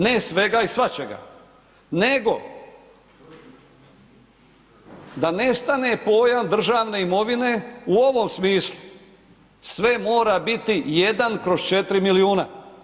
Ne svega i svačega nego da nestane pojam državne imovine u ovom smislu, sve mora biti 1/4 milijuna.